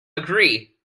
agree